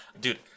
Dude